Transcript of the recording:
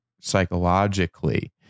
psychologically